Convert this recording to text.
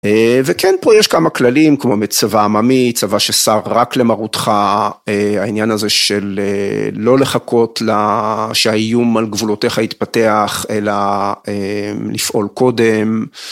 וכן פה יש כמה כללים, כמו מצבא עממי, צבא ששר רק למרותך, העניין הזה של לא לחכות שהאיום על גבולותיך יתפתח, אלא לפעול קודם.